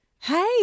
Hey